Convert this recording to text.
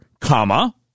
comma